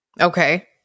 Okay